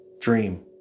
Dream